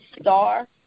star